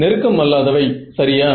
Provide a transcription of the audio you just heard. நெருக்கம் அல்லாதவை சரியா